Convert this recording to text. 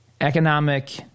economic